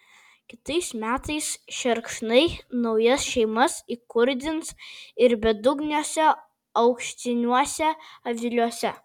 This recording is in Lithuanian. kitais metais šerkšnai naujas šeimas įkurdins ir bedugniuose aukštiniuose aviliuose